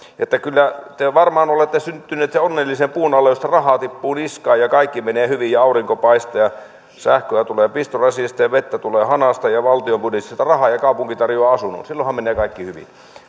että kyllä te varmaan olette syntyneet sen onnellisen puun alle josta rahaa tippuu niskaan ja kaikki menee hyvin ja aurinko paistaa ja sähköä tulee pistorasiasta ja vettä tulee hanasta ja rahaa valtion budjetista ja kaupunki tarjoaa asunnon silloinhan menee kaikki hyvin